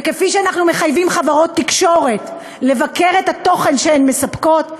וכפי שאנחנו מחייבים חברות תקשורת לבקר את התוכן שהן מספקות,